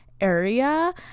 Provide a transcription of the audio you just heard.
area